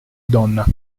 donna